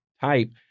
type